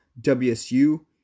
WSU